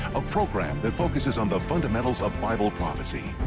a program that focuses on the fundamentals of bible prophecy,